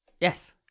Yes